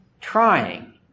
trying